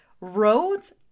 Roads